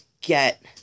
Get